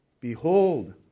Behold